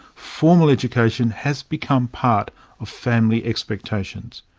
formal education has become part of family expectations.